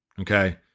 Okay